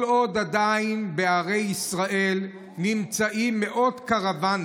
כל עוד עדיין בערי ישראל נמצאים מאות קרוונים